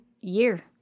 year